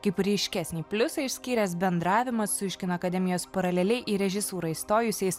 kaip ryškesnį pliusą išskyręs bendravimą su iš kino akademijos paraleliai į režisūrą įstojusiais